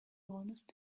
honest